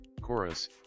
Chorus